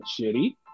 shitty